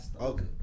Okay